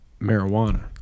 marijuana